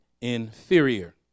inferior